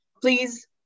please